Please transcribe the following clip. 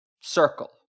circle